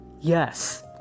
Yes